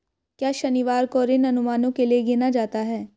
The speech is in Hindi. क्या शनिवार को ऋण अनुमानों के लिए गिना जाता है?